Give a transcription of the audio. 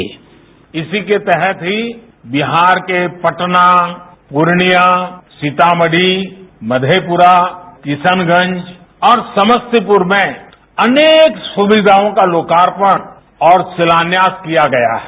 sound bite इसी के तहत ही बिहार के पटना पुर्णिया सीतामढी मधेपुरा किशनगंज और समस्तीपुर में अनेक सुविधाओं का लोकार्पण और शिलान्यास किया गया है